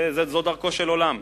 זו דרכו של עולם.